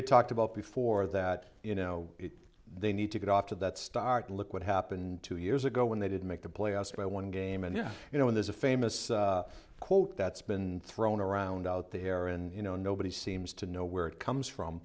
we've talked about before that you know they need to get off to that start look what happened two years ago when they did make the playoffs by one game and then you know when there's a famous quote that's been thrown around out there and you know nobody seems to know where it comes from